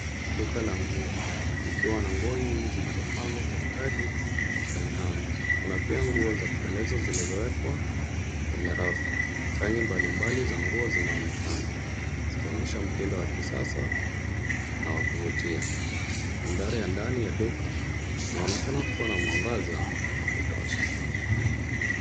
Duka la nguo, likiwa na nguo nyingi zilizopangwa kwa stadi kwenye hangers. Kuna pia nguo za kupendeza zilizowekwa kwenye rafu. Rangi mbalimbali za nguo zinaonekana, zikionyesha mtindo wa kisasa na wa kuvutia .Mandhari ya ndani ya duka, inaonekana kuwa na mwangaza wa kutosha.